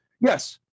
Yes